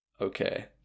Okay